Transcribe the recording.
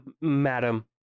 Madam